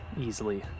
easily